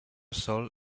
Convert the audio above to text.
sol